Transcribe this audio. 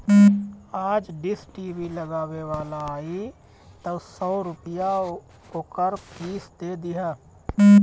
आज dish TV लगावे वाला आई तअ सौ रूपया ओकर फ़ीस दे दिहा